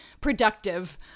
productive